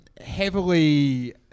heavily